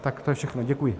Tak to je všechno, děkuji.